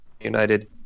united